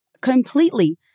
completely